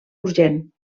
urgent